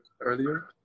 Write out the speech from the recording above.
earlier